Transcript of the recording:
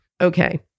Okay